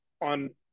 on